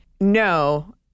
No